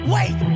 Wait